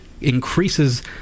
increases